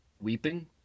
weeping